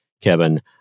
Kevin